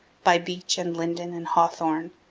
by beech and linden and hawthorn,